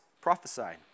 prophesied